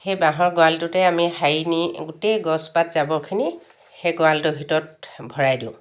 সেই বাঁহৰ গৰালটোতে আমি সাৰি নি গোটেই গছপাত জাবৰখিনি সেই গৰালটোৰ ভিতৰত ভৰাই দিওঁ